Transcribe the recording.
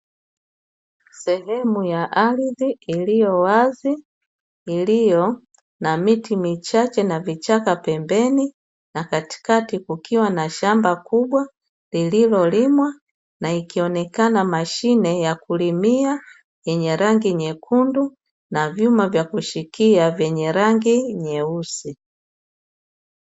Sehemu ya ardhi iliyo wazi, iliyo na miti michache na vichaka pembeni, na katikati kukiwa na shamba kubwa lililolimwa, na ikionekana mashine ya kulimia yenye rangi nyekundu na vyuma vya kushikia vyenye rangi nyeusi.